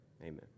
Amen